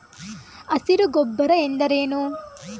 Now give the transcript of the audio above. ಹಸಿರು ಗೊಬ್ಬರ ಎಂದರೇನು?